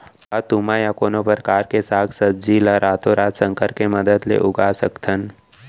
का तुमा या कोनो परकार के साग भाजी ला रातोरात संकर के मदद ले उगा सकथन?